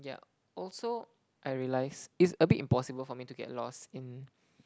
yeah also I realize it's a bit impossible for me to get lost in